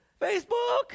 Facebook